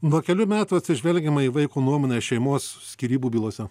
nuo kelių metų atsižvelgiama į vaiko nuomonę šeimos skyrybų bylose